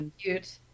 cute